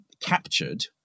captured